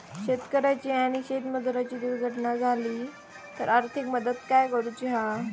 शेतकऱ्याची आणि शेतमजुराची दुर्घटना झाली तर आर्थिक मदत काय करूची हा?